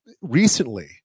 recently